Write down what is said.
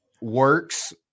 works